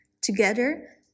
Together